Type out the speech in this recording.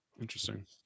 Interesting